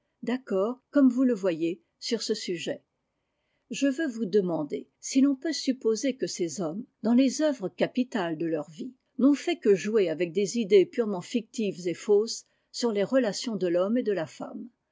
d'accord comme vous le voyez sur ce sujet je veux vous demander si l'on peut supposer que ces hommes dans les œuvres capitales de leurs vies n'ont fait que jouer avec des idées purement fictives et fausses sur les relations de l'homme et de la femme